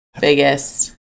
biggest